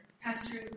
Pastor